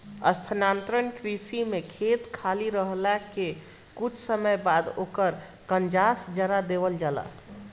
स्थानांतरण कृषि में खेत खाली रहले के कुछ समय बाद ओकर कंजास जरा देवल जाला